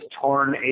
torn